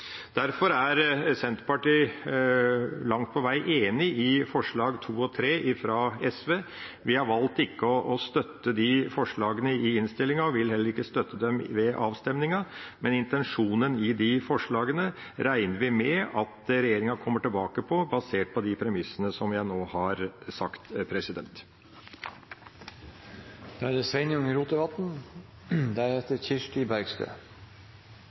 Derfor er Senterpartiet langt på vei enig i forslagene nr. 2 og 3, fra SV. Vi har valgt ikke å støtte de forslagene i innstillinga og vil heller ikke støtte dem ved avstemninga, men intensjonen i de forslagene regner vi med at regjeringa kommer tilbake til, basert på de premissene jeg nå har